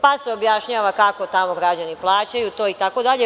Pa se objašnjava kako tamo građani plaćaju to itd.